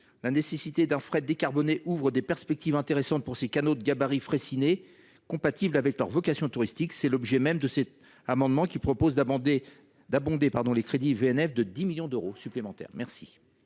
La nécessité d’un fret décarboné ouvre des perspectives intéressantes pour ces canaux de gabarit Freycinet, compatibles avec leur vocation touristique. Cet amendement vise donc à abonder les crédits de VNF de 10 millions d’euros supplémentaires. La